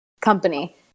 company